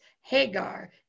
Hagar